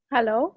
Hello